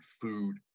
food